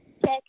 check